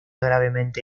gravemente